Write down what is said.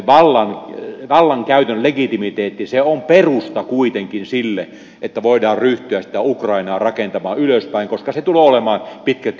se vallankäytön legitimiteetti on kuitenkin perusta sille että voidaan ryhtyä ukrainaa rakentamaan ylöspäin koska se tulee olemaan pitkä tie